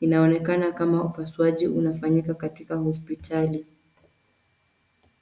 Inaonekana kama upasuaji unafanyika katika hospitali.